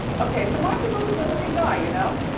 okay, so mossimo is a good looking guy, you know,